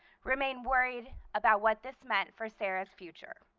remain worried about what this meant for sara's future.